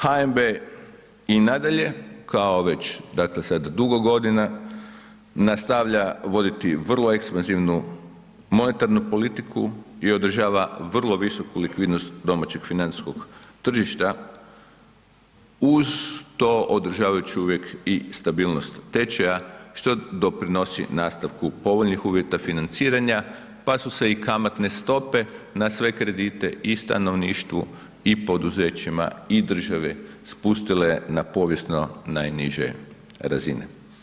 HNB i nadalje kao već dakle sada dugo godina, nastavlja voditi vrlo ekspanzivnu monetarnu politiku i održava vrlo visoku likvidnost domaćeg financijskog tržišta uz to održavajući uvijek i stabilnost tečaja što doprinosi nastavku povoljnih uvjeta financiranja pa su se i kamatne stope na sve kredite i stanovništvu i poduzećima i države spustile na povijesno najniže razine.